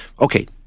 okay